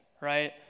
right